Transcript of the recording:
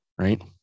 right